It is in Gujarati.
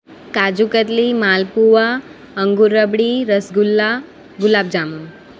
કાજુકતલી માલપુવા અંગુર રબળી રસગુલ્લા ગુલાબજામુન